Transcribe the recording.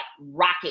rocket